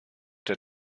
der